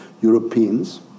Europeans